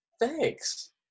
thanks